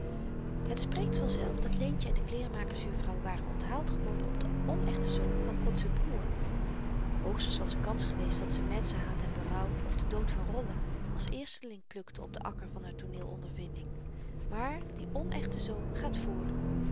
het spreekt vanzelf dat leentjen en de kleermakers juffrouw waren onthaald geworden op de onechte zoon van kotzebue hoogstens was er kans geweest dat ze menschenhaat en berouw of de dood van rolla als eersteling plukte op den akker van haar tooneel ondervinding maar die onechte zoon gaat voor